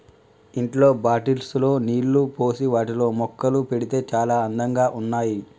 ఇంట్లో బాటిల్స్ లో నీళ్లు పోసి వాటిలో మొక్కలు పెడితే చాల అందంగా ఉన్నాయి